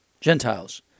Gentiles